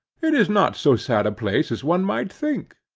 it is not so sad a place as one might think.